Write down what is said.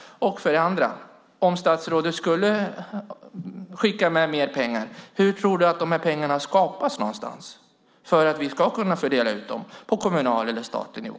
Om statsrådet skulle skicka mer pengar, hur och var tror du att de pengar skapas som vi ska kunna dela ut på kommunal eller statlig nivå?